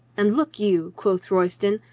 and look you, quoth royston,